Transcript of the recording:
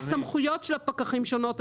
הסמכויות של הפקחים שונות,